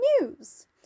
news